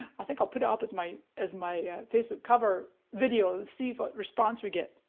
i think i'll put it up as my as my facebook cover video, see if response we get.